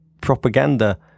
propaganda